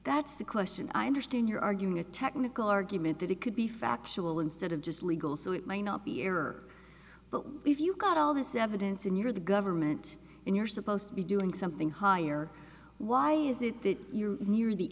that's the question i understand you're arguing a technical argument that it could be factual instead of just legal so it may not be error but if you got all this evidence in your the government and you're supposed to be doing something higher why is it that you're near the